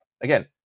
Again